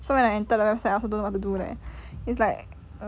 so when I enter the website I also don't know what to do leh